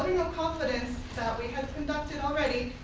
confidence that we have conducted already